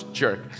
jerk